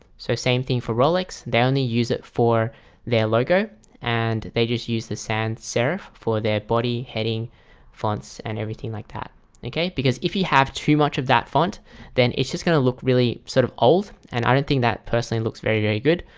so same thing for rolex they only use it for their logo and they just use the sans-serif for their body heading fonts and everything like that okay, because if you have too much of that font then it's just going to look really sort of old and i don't think that personally looks very very good.